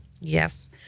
Yes